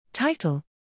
Title